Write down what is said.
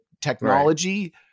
technology